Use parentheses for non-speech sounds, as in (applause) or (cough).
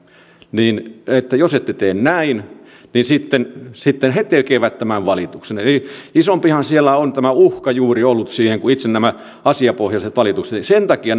että jos ette tee näin niin sitten sitten he tekevät tämän valituksen eli isompihan siellä on juuri tämä uhka ollut siihen kuin itse nämä asiapohjaiset valitukset sen takia (unintelligible)